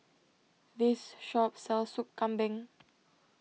this shop sells Soup Kambing